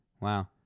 Wow